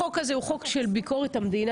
החוק הזה הוא חוק של ביקורת המדינה,